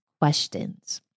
questions